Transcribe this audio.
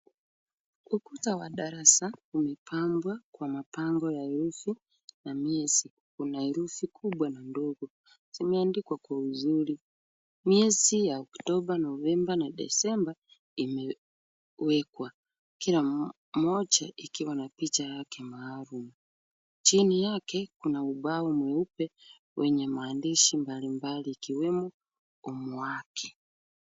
Ukuta wa darasa umepambwa kwa mapambo ya uso na miezi. Kuna herufi kubwa na ndogo zimeandikwa kwa uzuri. Miezi ya October, November na December imewekwa kila moja ikiwa na picha yake maalum. Chini yake kuna ubao mweupe wenye maandishi mbalimbali ikiwemo Homework .